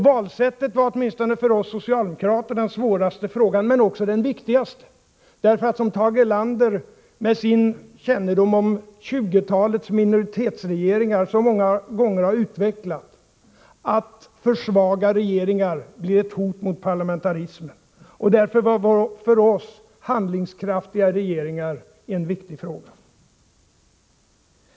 Valsättet var åtminstone för oss socialdemokrater den svåraste frågan men också den viktigaste, därför att — som Tage Erlander med sin kännedom om 1920-talets minoritetsregeringar så många gånger har utvecklat — för svaga regeringar blir ett hot mot parlamentarismen. Därför var för oss handlingskraftiga regeringar en viktig fråga.